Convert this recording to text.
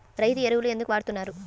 రైతు ఎరువులు ఎందుకు వాడుతున్నారు?